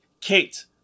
Kate